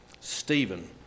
Stephen